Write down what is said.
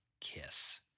KISS